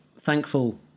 thankful